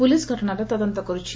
police ଘଟଶାର ତଦନ୍ତ କରୁଛି